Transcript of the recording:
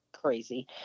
crazy